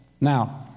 Now